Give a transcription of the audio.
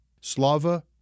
Slava